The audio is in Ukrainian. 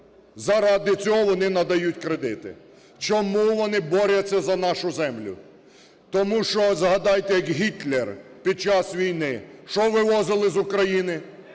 Заради цього вони надають кредити. Чому вони борються за нашу землю? Тому що згадайте, як Гітлер під час війни, що вивозили з України?